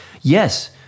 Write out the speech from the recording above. Yes